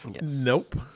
Nope